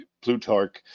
Plutarch